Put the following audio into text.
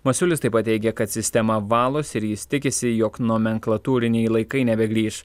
masiulis taip pat teigė kad sistema valosi ir jis tikisi jog nomenklatūriniai laikai nebegrįš